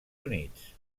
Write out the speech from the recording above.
units